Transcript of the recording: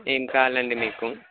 ఏమి కావాలండి మీకు